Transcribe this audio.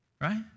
Right